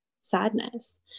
sadness